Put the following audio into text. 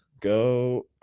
Go